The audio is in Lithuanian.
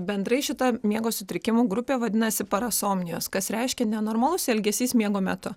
bendrai šita miego sutrikimų grupė vadinasi parasomnijos kas reiškia nenormalus elgesys miego metu